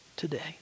today